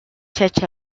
church